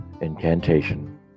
incantation